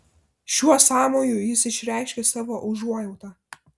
šiuo sąmoju jis išreiškė savo užuojautą